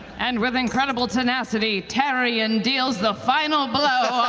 and with incredible tenacity, taryon deals the final blow